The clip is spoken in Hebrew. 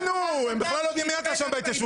הם בכלל לא יודעים מי אתה שם בהתיישבות